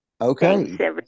Okay